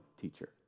teacher